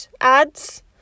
ads